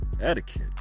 Etiquette